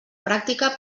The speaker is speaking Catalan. pràctica